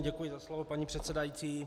Děkuji za slovo, paní předsedající.